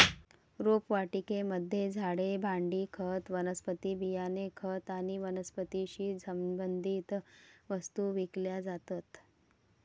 रोपवाटिकेमध्ये झाडे, भांडी, खत, वनस्पती बियाणे, खत आणि वनस्पतीशी संबंधित वस्तू विकल्या जातात